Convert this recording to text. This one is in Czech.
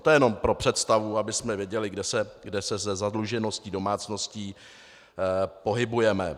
To jenom pro představu, abychom věděli, kde se se zadlužeností domácností pohybujeme.